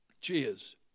Cheers